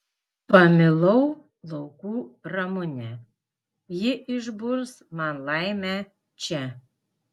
pamilau laukų ramunę ji išburs man laimę čia